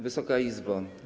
Wysoka Izbo!